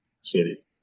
city